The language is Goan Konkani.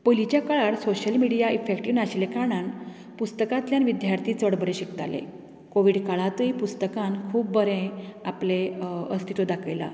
पयलीच्या काळार सोशल मिडिया इफेक्टिव नाशिल्लें कारणान पुस्तकांतल्यान विद्यार्थी चड बरें शिकताले कोवीड काळांतूय पुस्तकान खूब बरें आपलें अस्तित्व दाखयलां